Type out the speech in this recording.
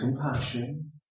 compassion